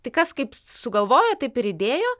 tai kas kaip sugalvojo taip ir įdėjo